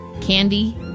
candy